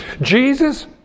Jesus